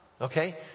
Okay